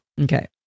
Okay